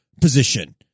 position